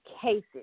cases